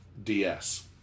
DS